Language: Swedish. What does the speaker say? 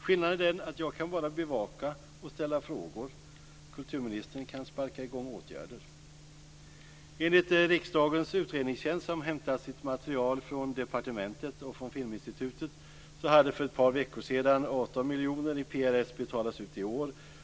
Skillnaden är den att jag kan bara bevaka och ställa frågor, kulturministern kan sparka i gång åtgärder. Enligt riksdagens utredningstjänst, som hämtat sitt material från departementet och från Filminstitutet, hade för ett par veckor sedan 8 miljoner i PRS betalats ut i år.